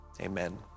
Amen